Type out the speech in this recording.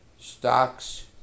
stocks